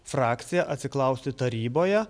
frakcija atsiklausti taryboje